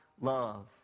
love